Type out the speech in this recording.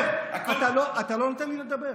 תראה, אתה לא נותן לי לדבר.